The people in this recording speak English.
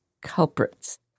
culprits